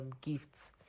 gifts